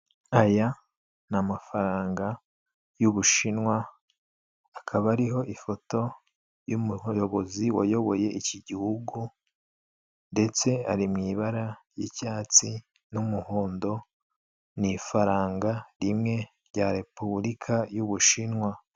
Aya ni amafaranga y'Ubushinwa, akaba ariho ifoto y'umuyobozi wayoboye iki gihugu ndetse ari mu ibara ry'icyatsi n'umuhondo, ni ifaranga rimwe rya repubulika y'Ubushinwa.